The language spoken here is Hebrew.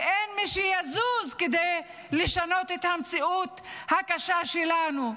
ואין מי שיזוז כדי לשנות את המציאות הקשה שלנו,